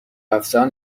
افسران